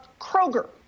Kroger